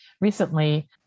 recently